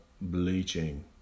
bleaching